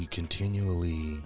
continually